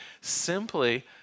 simply